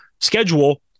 schedule